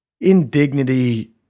indignity